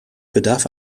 bedarf